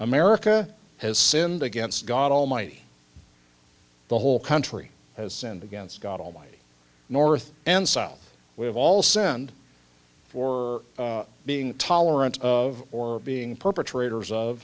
america has sinned against god almighty the whole country as sinned against god almighty north and south we've all send for being tolerant of or being perpetrators of